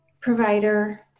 provider